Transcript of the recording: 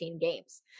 games